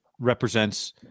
Represents